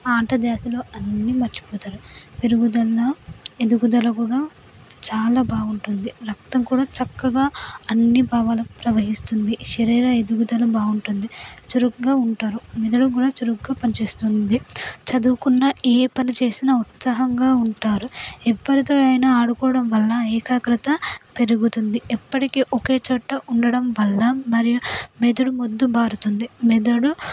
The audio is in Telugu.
ఆట ధ్యాసలో అన్ని మర్చిపోతారు పెరుగుదల ఎదుగుదల కూడా చాలా బాగుంటుంది రక్తం కూడా చక్కగా అన్ని భాగాలకు ప్రవహిస్తుంది శరీర ఎదుగుదల బాగుంటుంది చురుగ్గా ఉంటారు మెదడు కూడా చురుగ్గా పనిచేస్తుంది చదువుకున్న ఏ పని చేసినా ఉత్సాహంగా ఉంటారు ఎవరితోనైనా ఆడుకోవడం వల్ల ఏకాగ్రత పెరుగుతుంది పెరుగుతుంది ఎప్పటికీ ఒకేచోట ఉండడం వల్ల మరియు మెదడు మొద్దు బారుతుంది మెదడు